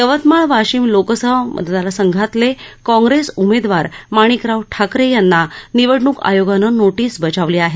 यवतमाळ वाशिम लोकसभा मतदारसंघातले काँप्रेस उमेदवार माणिकराव ठाकरे यांना निवडणूक आयोगानं नोटीस बजावली आहे